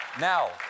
Now